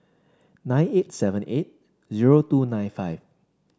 nine eight seven eight zero two nine five